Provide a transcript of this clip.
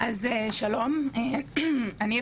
אין שום בעיה.